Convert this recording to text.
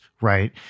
right